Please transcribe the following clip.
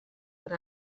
per